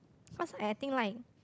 because I I think like